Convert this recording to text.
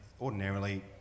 ordinarily